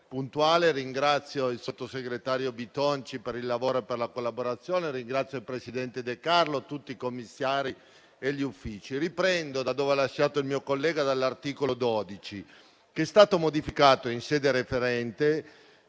ringrazio il sottosegretario Bitonci per la collaborazione, così come ringrazio il presidente De Carlo, tutti i commissari e gli Uffici. Riprendo da dove ha lasciato il mio collega, ossia dall'articolo 12, che è stato modificato in sede referente